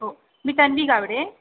हो मी तन्वी गावडे